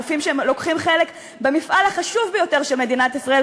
הגופים שלוקחים חלק במפעל החשוב ביותר של מדינת ישראל,